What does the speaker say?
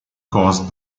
caused